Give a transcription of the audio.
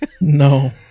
No